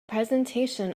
presentation